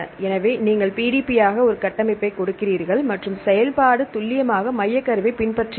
எனவே நீங்கள் PDB ஆக ஒரு கட்டமைப்பைக் கொடுக்கிறீர்கள் மற்றும் செயல்பாடு துல்லியமாக மையக்கருவைப் பின்பற்றுகிறது